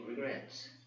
regrets